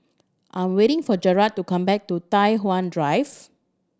I'm waiting for Jarrad to come back to Tai Hwan Drive